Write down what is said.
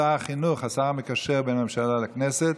שר החינוך, השר המקשר בין הממשלה לכנסת,